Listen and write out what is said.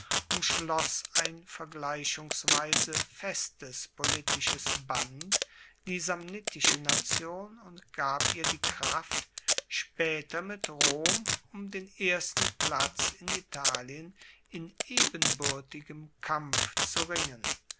umschloss ein vergleichungsweise festes politisches band die samnitische nation und gab ihr die kraft spaeter mit rom um den ersten platz in italien in ebenbuertigem kampf zu ringen